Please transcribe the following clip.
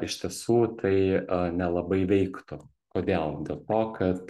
iš tiesų tai nelabai veiktų kodėl dėl to kad